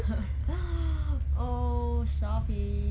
oh shopee